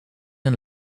een